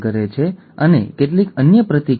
આ છે તે એટલું જ સરળ છે